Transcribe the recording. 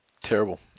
Terrible